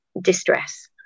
distress